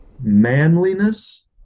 manliness